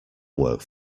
work